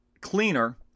Cleaner